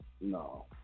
No